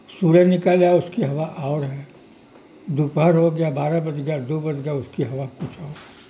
سورج نکل جائے اس کی آب و ہوا اور ہے دوپہر ہو گیا بارہ بج گیا دو بج گیا اس کی ہوا کچھ اور